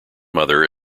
mother